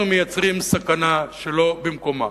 אנחנו מייצרים סכנה שלא במקומה.